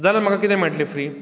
जाल्यार म्हाका कितें मेळटलें फ्री